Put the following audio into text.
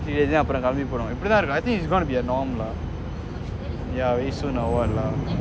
அப்போறோம் கெளம்பி போவணும் இப்படித்தான் இருக்கனும்:apporom kelambi powanum ipdithan irukanum I think it's going to be a norm lah yeah very soon or what lah